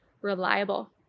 reliable